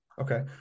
Okay